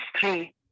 three